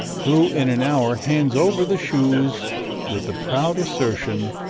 who in an hour hands over the shoes with the proud assertion,